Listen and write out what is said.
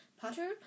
Potter